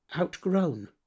outgrown